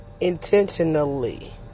intentionally